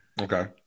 Okay